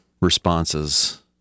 responses